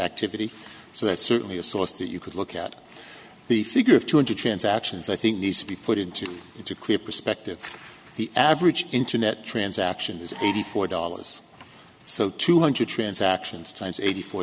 activity so that's certainly a source that you could look at the figure of two hundred transactions i think needs to be put into it to clear perspective the average internet transaction is eighty four dollars so two hundred transactions times eighty four